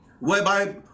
Whereby